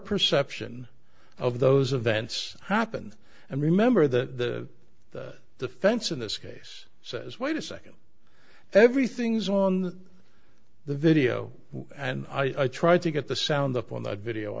perception of those events happened and remember that the fence in this case says wait a second everything's on the video and i tried to get the sound up on the video